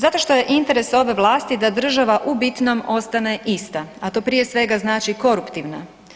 Zato što je interes ove vlasti da država u bitnom ostane ista a to prije svega znači koruptivna.